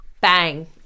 Bang